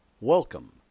Welcome